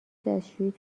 دستشویی